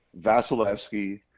Vasilevsky